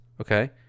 okay